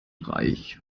reich